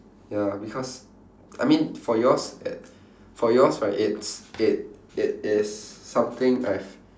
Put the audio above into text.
ya because I mean for yours it for yours right it's it it is something I've